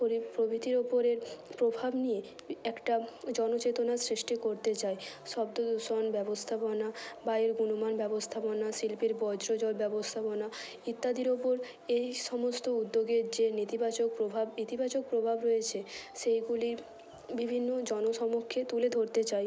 প্রভৃতির উপরের প্রভাব নিয়ে একটা জনচেতনা সৃষ্টি করতে চাই শব্দদূষণ ব্যবস্থাপনা বায়ুর গুণমান ব্যবস্থাপনা শিল্পের বর্জ্য জল ব্যবস্থাপনা ইত্যাদির উপর এই সমস্ত উদ্যোগের যে নেতিবাচক প্রভাব ইতিবাচক প্রভাব রয়েছে সেইগুলি বিভিন্ন জনসমক্ষে তুলে ধরতে চাই